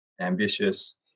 ambitious